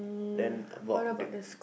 then